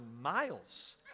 miles